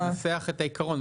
אנחנו ננסח את העקרון.